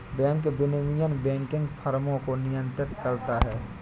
bank विनियमन banking फ़र्मों को नियंत्रित करता है